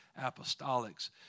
apostolics